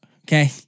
Okay